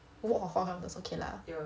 walk for four kilometres okay lah